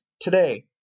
today